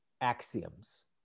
axioms